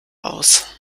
aus